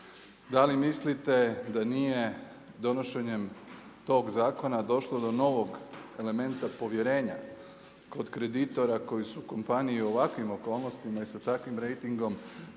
Da li mislite da nije donošenjem tog zakona došlo do novog elementa povjerenja kod kreditora koji su kompaniju u ovakvim okolnostima i sa takvim rejtingom